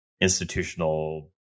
institutional